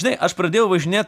žinai aš pradėjau važinėt